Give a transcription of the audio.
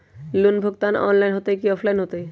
Loan भुगतान online होतई कि ऑफलाइन होतई?